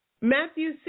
Matthew